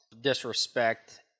disrespect